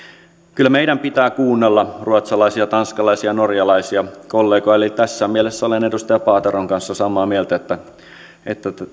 kyllä meidän pitää kuunnella ruotsalaisia tanskalaisia ja norjalaisia kollegoja eli tässä mielessä olen edustaja paateron kanssa samaa mieltä että että